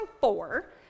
four